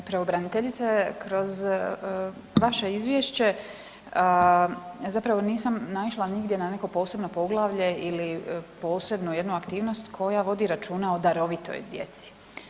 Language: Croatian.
evo poštovana pravobraniteljice, kroz vaše izvješće zapravo nisam naišla nigdje na neko posebno poglavlje ili posebno jednu aktivnost koja vodi računa o darovitoj djeci.